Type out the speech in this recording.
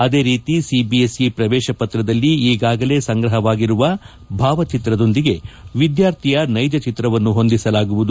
ಅದೇ ರೀತಿ ಸಿಬಿಎಸ್ಇ ಪ್ರವೇಶ ಪತ್ರದಲ್ಲಿ ಈಗಾಗಲೇ ಸಂಗ್ರಹವಾಗಿರುವ ಭಾವಚಿತ್ರದೊಂದಿಗೆ ವಿದ್ಯಾರ್ಥಿಯ ಸ್ಥೆಜ ಚಿತ್ರವನ್ನು ಹೊಂದಿಸಲಾಗುವುದು